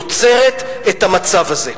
יוצרות את המצב הזה.